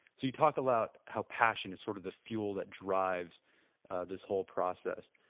so you talk a lot how passion is sort of the fuel that drives this whole process,